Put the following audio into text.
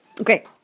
Okay